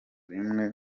rimwe